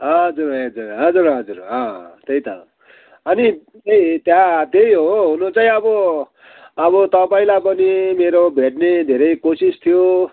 हजुर हजुर हजुर हजुर अँ त्यही त अनि के त्यहाँ त्यही हो हुनु चाहिँ अब अब तपाईँलाई पनि मेरो भेट्ने धेरै कोसिस थियो